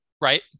Right